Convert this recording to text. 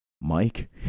Mike